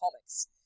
comics